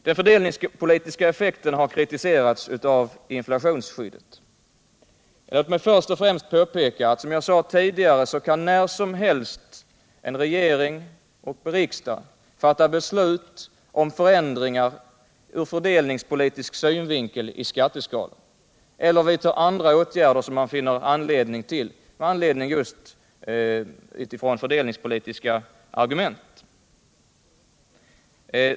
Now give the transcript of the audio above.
Den fördelningspolitiska effekten av inflationsskyddet har kritiserats. Låt mig först påpeka, som jag sade tidigare, att en regering och en riksdag när som helst kan fatta beslut om förändringar i skatteskalan ur fördelningspolitisk synvinkel eller vidta andra åtgärder som man finner anledning till med fördelningspolitiska argument.